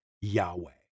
Yahweh